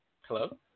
hello